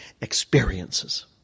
experiences